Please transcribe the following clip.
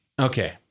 Okay